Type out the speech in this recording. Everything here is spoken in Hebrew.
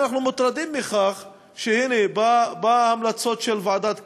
אנחנו מוטרדים מכך שהנה באו ההמלצות של ועדת קמיניץ,